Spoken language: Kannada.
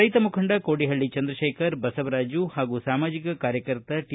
ರೈತ ಮುಖಂಡ ಕೋಡಿಹಳ್ಳಿ ಚಂದ್ರಶೇಖರ್ ಬಸವರಾಜು ಹಾಗೂ ಸಾಮಾಜಿಕ ಕಾರ್ಯಕರ್ತ ಟಿ